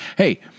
Hey